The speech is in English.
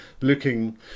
looking